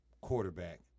quarterback